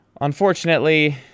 unfortunately